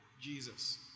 Jesus